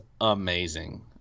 amazing